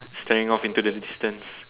staring off into the distance